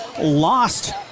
lost